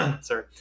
sorry